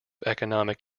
economic